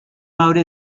mode